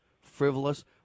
frivolous